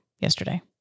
yesterday